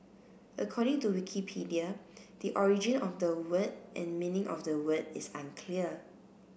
according to Wikipedia the origin of the word and meaning of the word is unclear